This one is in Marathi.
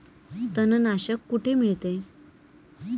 तणनाशक कुठे मिळते?